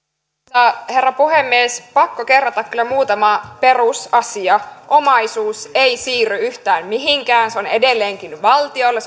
arvoisa herra puhemies pakko kerrata kyllä muutama perusasia omaisuus ei siirry yhtään mihinkään se on edelleenkin valtiolla